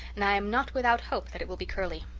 and i am not without hope that it will be curly.